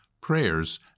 prayers